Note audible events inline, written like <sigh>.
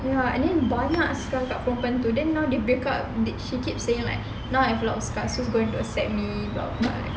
ya then banyak sia <noise> kat perempuan tu then now dia back up she keep saying like I have a lot of scars so don't accept me <noise>